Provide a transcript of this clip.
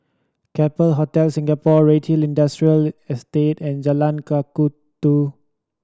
Capella Hotel Singapore Redhill Industrial Estate and Jalan Kakatua